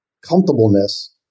comfortableness